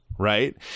Right